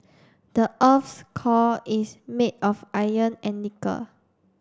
the earth's core is made of iron and nickel